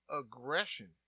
aggression